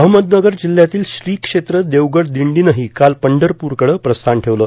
अहमदनगर जिल्ह्यातील श्री क्षेत्र देवगड दिंडीनही काल पंढरपूरकडं प्रस्थान ठेवलं